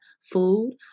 food